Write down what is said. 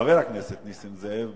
חבר הכנסת נסים זאב בעצם,